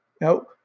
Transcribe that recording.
No